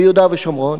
ביהודה ושומרון,